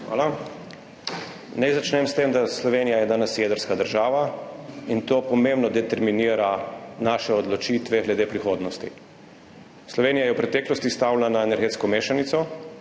Hvala. Naj začnem s tem, da je Slovenija danes jedrska država in to pomembno determinira naše odločitve glede prihodnosti. Slovenija je v preteklosti stavila na energetsko mešanico,